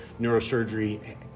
neurosurgery